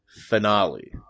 Finale